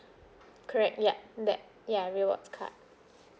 correct yup that ya rewards card